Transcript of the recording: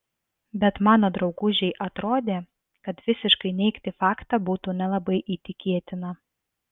bet mano draugužei atrodė kad visiškai neigti faktą būtų nelabai įtikėtina